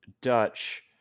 Dutch